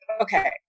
okay